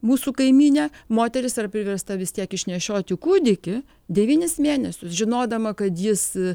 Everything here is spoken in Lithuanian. mūsų kaimynė moteris yra priversta vis tiek išnešioti kūdikį devynis mėnesius žinodama kad jis